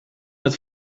het